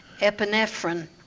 epinephrine